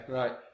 right